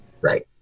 Right